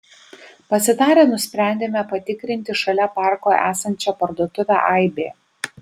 pasitarę nusprendėme patikrinti šalia parko esančią parduotuvę aibė